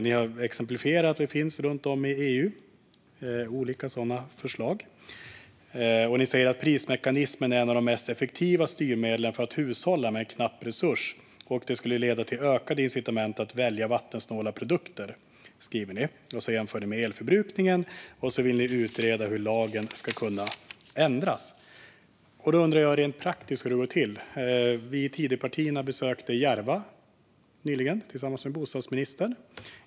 Ni har exemplifierat med att det runt om i EU finns olika sådana förslag, och ni säger att prismekanismen är ett av de mest effektiva styrmedlen när det gäller att hushålla med en knapp resurs. Detta skulle leda till ökade incitament att välja vattensnåla produkter, skriver ni. Ni jämför med elförbrukningen, och ni vill utreda hur lagen ska kunna ändras. Då undrar jag hur detta rent praktiskt ska gå till. Vi i Tidöpartierna besökte nyligen Järva tillsammans med bostadsministern.